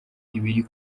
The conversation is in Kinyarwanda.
ibiri